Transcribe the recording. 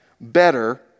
better